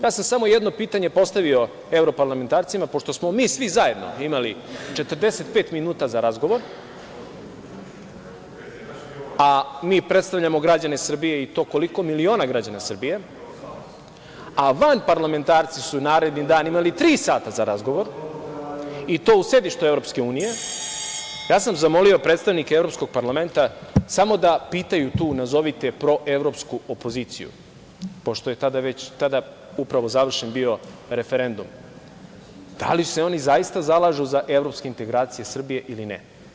Ja sam samo jedno pitanje postavio evroparlamentarcima, pošto smo mi svi zajedno imali 45 minuta za razgovor, a mi predstavljamo građane Srbije, i to koliko miliona građana Srbije, a vanparlamentarci su narednog dana imali tri sata za razgovor, i to u sedištu Evropske unije, ja sam zamolio predstavnike Evropskog parlamenta samo da pitaju tu, nazovite proevropsku opoziciju, pošto je tada upravo završen bio referendum - da li se oni zaista zalažu za evropske integracije Srbije ili ne?